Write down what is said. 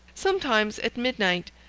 sometimes, at midnight,